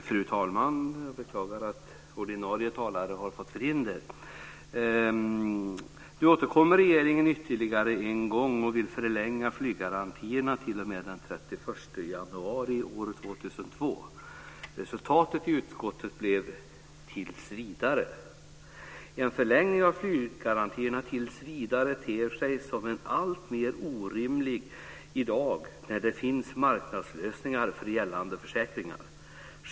Fru talman! Jag beklagar att ordinarie talare har fått förhinder. Nu återkommer regeringen ytterligare en gång och vill förlänga flyggarantierna t.o.m. den 31 januari år 2002. Resultatet i utskottet blev "tills vidare". En förlängning av flyggarantierna tills vidare ter sig som alltmer orimlig i dag, när det finns marknadslösningar för gällande försäkringar.